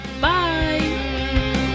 Bye